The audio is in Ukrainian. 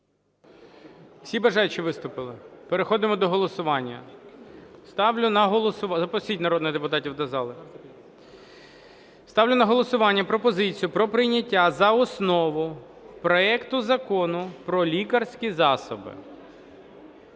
Всі бажаючі виступили? Переходимо до голосування. Запросіть народних депутатів до зали. Ставлю на голосування пропозицію про прийняття за основу проект Закону про лікарські засоби